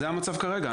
זה המצב כרגע.